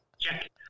Check